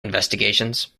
investigations